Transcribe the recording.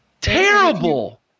Terrible